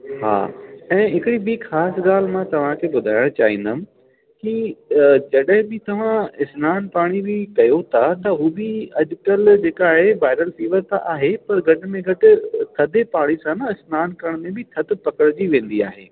हा ऐं हिकिड़ी ॿीं ख़ासि ॻाल्हि मां तव्हांखे ॿुधाइणु चाहिंदमि की जॾहिं बि तव्हां सनानु पाणी बि कयो तव्हां त उहो बि अॼुकल्ह जेका आहे वायरल फीवर त आहे पर घटि में घटि थधे पाणी सां न सनानु करण में बि थधु पकिड़जी वेंदी आहे